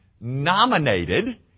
nominated